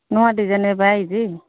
ନୂଆ ଡିଜାଇନ୍ ଏବେ ଆସିଛ